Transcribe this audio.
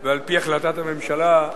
ועל פי-החלטת הממשלה,